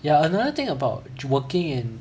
ya another thing about working in